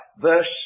verse